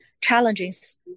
challenges